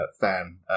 fan